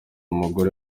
umugore